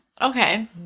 okay